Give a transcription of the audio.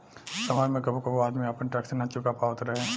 समाज में कबो कबो आदमी आपन टैक्स ना चूका पावत रहे